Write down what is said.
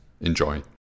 Enjoy